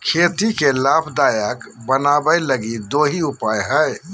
खेती के लाभदायक बनाबैय लगी दो ही उपाय हइ